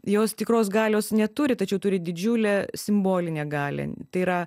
jos tikros galios neturi tačiau turi didžiulę simbolinę galią tai yra